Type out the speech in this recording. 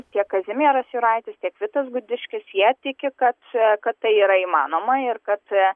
tiek kazimieras juraitis tiek vitas gudiškis jie tiki kad tai yra įmanoma ir kad